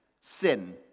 sin